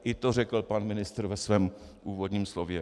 I to řekl pan ministr ve svém úvodním slově.